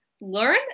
learn